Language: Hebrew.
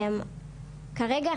כרגע,